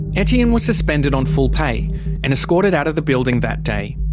etienne was suspended on full pay and escorted out of the building that day.